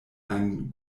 ein